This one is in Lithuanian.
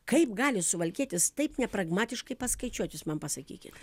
kaip gali suvalkietis taip nepragmatiškai paskaičiuot jūs man pasakyit